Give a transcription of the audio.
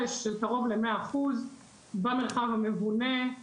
של קרוב למאה אחוז במרחב המובנה.